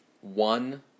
one